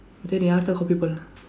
then யாருதான்:yaaruthaan copy பண்ணா:pannaa